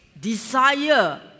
desire